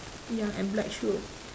ya and black shoe